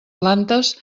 plantes